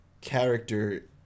character